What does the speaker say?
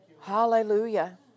Hallelujah